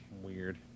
Weird